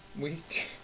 week